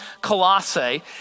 Colossae